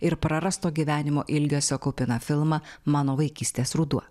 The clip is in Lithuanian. ir prarasto gyvenimo ilgesio kupiną filmą mano vaikystės ruduo